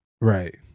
Right